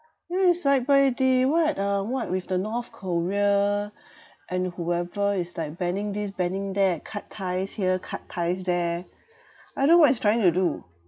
mm it's like by the what uh what with the North Korea and whoever is like banning this banning that cut ties here cut ties there I don't know what he's trying to do